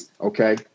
Okay